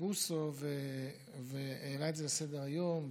בוסו העלה את זה לסדר-היום,